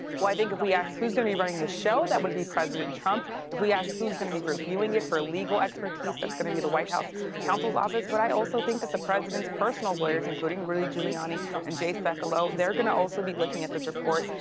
think if we ask who's going to be running the show, that would be president trump. if we ask who's going to be reviewing it for a legal expertise, that's going to be the white house counsel's office. but i also think that the president's personal lawyers including rudy giuliani and jay sekulow, they are going to also be looking at this report.